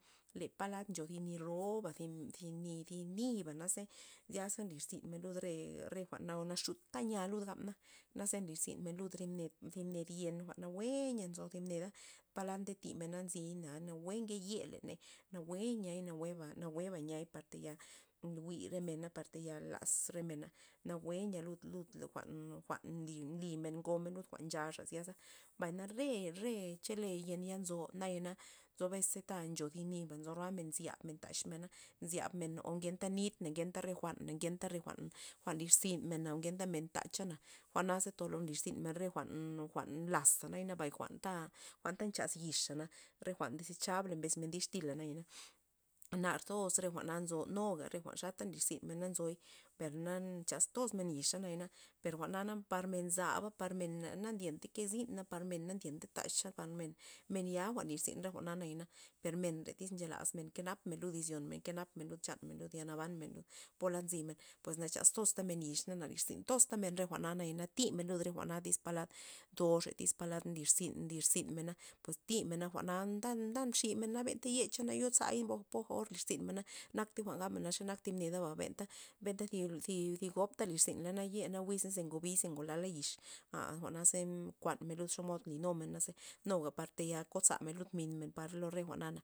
Le palad ncho zi ni roba zi- zi ni'- zi niba' xyaze nlirzyn mena lud re- re na naxudka nya luda gabna na ze nlirzynmen lud re tyb ned tyb ned yen jwa'n yea nzo thib neda palad nde timena nzi'y na nawue nke ye len nawue yi'a nawueba- nawueba niay par tayal jwi'r re mena par tayal laz re mena nawue nia lud- lud jwa'n- jwa'n nli- nli gomena jwa'n nchaxa zyasa, mbay na re- re chele yen ya nzo naya nzo bes ta ncho niba nzo roamen nzyab men taxmena o nzyabmen o ngenta nit ngenta re jwa'n ngenta jwa'n nlirzynmen nlirzyn men ngenta men taxana jwa'na naze tolo nlirzynmen re jwa'n- jwa'n nlaza' nabay jwa'n- jwa'nta nchaz yixana, re jwa'n desechable mbes xa dixtila nayana, nartoz re jwa'n nzo nuga jwa'n xata nlirzyn men na nzoy per na nchas tos men yixana per jwa'na par men zaba par men na ndyenta ke zyna par men na ndyenta ta'xa par men- men ya nlirzyn re jwa'na nayana permen tyz nche lazmen kenap men lud izyon men nkenap men chanmen lud yal naban men lud polad nzymen na chax toztamen yix na na lirzyn toxtamen re jwa'na nayana thimen lud re jwa'na tyz palad ntoxey palad nlirzyn- nlirzynmena pues thimena jwa'na ta nda mximena na benta yecha na yozay bo poja or nlirzymena na poja gabmen naxe tib nedaba benta benta zi- zi zi gopta lirzynmena nayena wizna ze ngubiy ze ngolala yix a jwa'na ze kuanmen lud xomod linumena ze nuga par tayal kozamen lud minmen par lo re jwa'na.